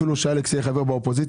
אפילו שאלכס יהיה חבר באופוזיציה,